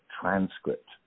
transcript